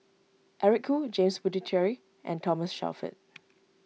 Eric Khoo James Puthucheary and Thomas Shelford